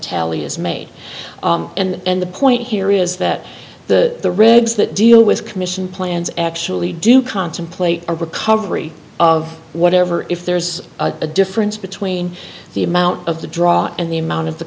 tally is made and the point here is that the rigs that deal with commission plans actually do contemplate a recovery of whatever if there's a difference between the amount of the draw and the amount of the